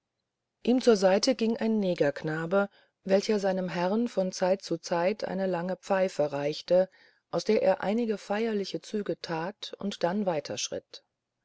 ihm zur seite ging ein negerknabe welcher seinem herrn von zeit zu zeit eine lange pfeife reichte aus der er einige feierliche züge tat und dann